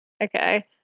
Okay